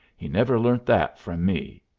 he never learnt that from me!